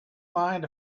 mind